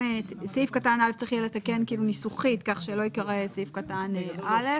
סעיף קטן (א) צריך יהיה לתקן ניסוחי כך שלא ייקרא סעיף קטן (א).